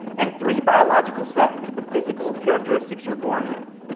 and three, biological sex, the physical characteristics you were born with.